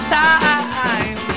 time